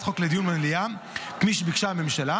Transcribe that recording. החוק לדיון במליאה כפי שביקשה הממשלה,